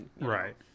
right